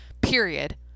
period